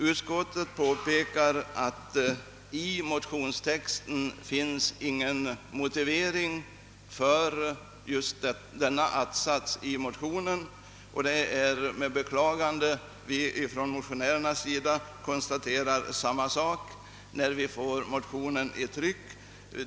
Utskottet påpekar att det i motionstexten inte finns någon motivering för just denna att-sats, och det var med beklagande vi motionärer konstaterade samma sak, när vi fick motionen från trycket.